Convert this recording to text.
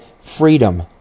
freedom